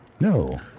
No